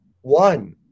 One